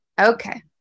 Okay